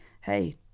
hey